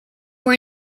were